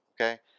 okay